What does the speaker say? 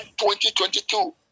2022